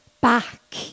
back